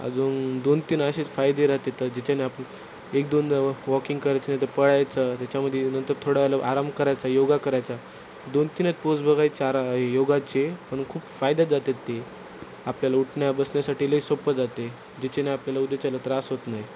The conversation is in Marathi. अजून दोन तीन असेच फायदे राहतात जिच्याने आपण एक दोन वॉकिंग करायचं नंतर पळायचं त्याच्यामध्ये नंतर थोडं आराम करायचा योगा करायचा दोन तीनच पोस बघायचे चार योगाचे पण खूप फायद्यात जातात ते आपल्याला उठण्या बसण्यासाठी लई सोप्पं जाते जिच्याने आपल्याला उद्याच्याला त्रास होत नाही